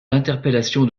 l’interpellation